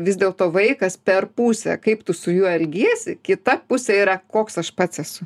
vis dėlto vaikas per pusę kaip tu su juo elgiesi kita pusė yra koks aš pats esu